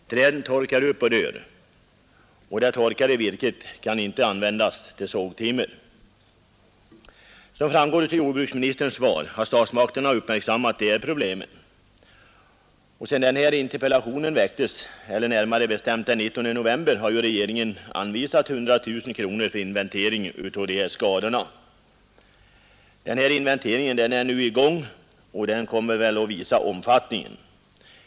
Träden torkar upp och dör. och det torkade virket kan inte användas till sagtimmer. Som framgär av jordbruksministerns svar, har statsmakterna uppmärksammat de här problemen, och sedan interpellationen väcktes eller närmare bestämt den 19 november har regeringen anvisat 100 000 kronor för inventering av skadorna. Inventeringen är nu i gång, och den kommer väl att visa skadeomfauttningen.